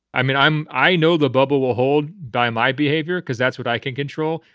i mean, i'm. i know the bubble will hold by my behavior because that's what i can control.